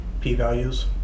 P-values